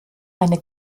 eine